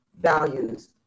values